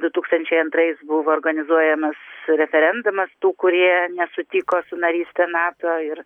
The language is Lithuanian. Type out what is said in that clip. du tūkstančiai antrais buvo organizuojamas referendumas tų kurie nesutiko su naryste nato ir